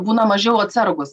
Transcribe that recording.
būna mažiau atsargūs